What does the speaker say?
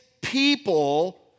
people